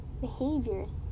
behaviors